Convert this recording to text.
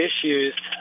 issues